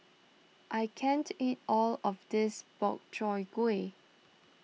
I can't eat all of this Gobchang Gui